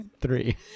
three